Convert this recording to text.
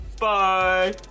Bye